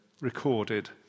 recorded